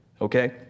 Okay